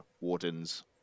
wardens